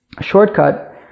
shortcut